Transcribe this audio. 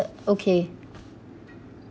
okay